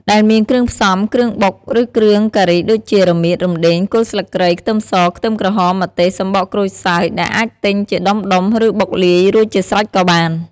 ដែលមានគ្រឿងផ្សំ គ្រឿងបុក ឬគ្រឿងការីដូចជា រមៀត រំដេង គល់ស្លឹកគ្រៃ ខ្ទឹមស ខ្ទឹមក្រហម ម្ទេស សំបកក្រូចសើច ដែលអាចទិញជាដុំៗ ឬបុកលាយរួចជាស្រេចក៏បាន។